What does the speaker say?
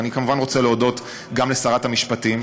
ואני כמובן רוצה להודות גם לשרת המשפטים,